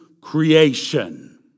creation